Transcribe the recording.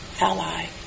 ally